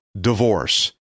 divorce